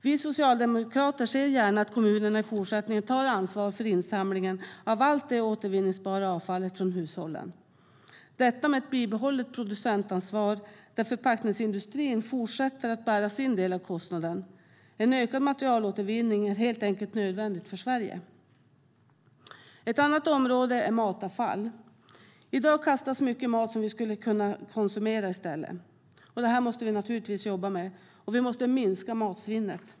Vi socialdemokrater ser gärna att kommunerna i fortsättningen tar ansvar för insamlingen av allt det återvinningsbara avfallet från hushållen, detta med ett bibehållet producentansvar där förpackningsindustrin fortsätter att bära sin del av kostnaden. En ökad materialåtervinning är helt enkelt nödvändig för Sverige. Ett annat område är matavfall. I dag kastas mycket mat som vi i stället skulle kunna konsumera. Detta måste vi naturligtvis jobba med. Vi måste minska matsvinnet.